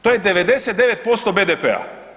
To je 99% BDP-a.